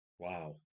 Wow